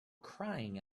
crying